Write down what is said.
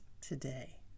today